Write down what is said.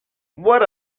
what